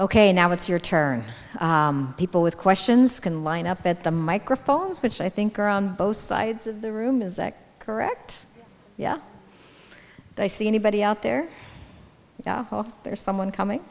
ok now it's your turn people with questions can line up at the microphones which i think are on both sides of the room is that correct yeah i see anybody out there there's someone coming